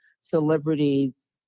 celebrities